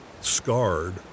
scarred